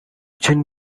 jin